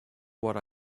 what